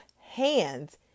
hands